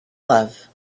love